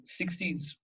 60s